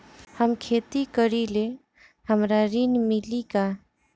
हम खेती करीले हमरा ऋण मिली का?